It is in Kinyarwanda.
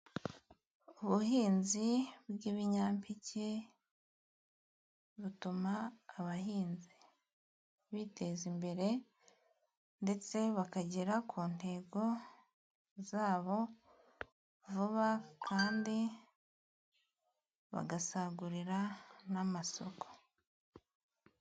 Ubuhinzi bwibinyampeke, butuma abahinzi biteza imbere, ndetse bakagera ku ntego za bo vuba, kandi bagasagurira n'amasoko.